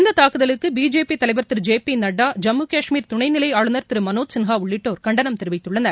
இந்த தாக்குதலுக்கு பிஜேபி தலைவர் திரு ஜெ பி நட்டா ஜம்மு காஷ்மீர் துணை நிலை ஆளுநர் திரு மனோஜ் சின்ஹா உள்ளிட்டோர் கண்டனம் தெரிவித்துள்ளனர்